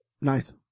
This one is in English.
Nice